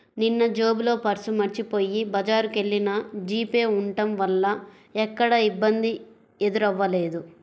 నిన్నజేబులో పర్సు మరచిపొయ్యి బజారుకెల్లినా జీపే ఉంటం వల్ల ఎక్కడా ఇబ్బంది ఎదురవ్వలేదు